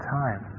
time